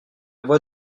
voix